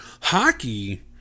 Hockey